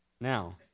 Now